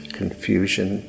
confusion